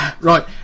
Right